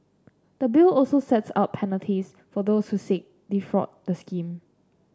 the Bill also sets out penalties for those who seek defraud the scheme